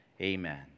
Amen